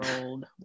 old